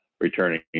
returning